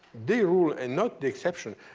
the rule and not the exception.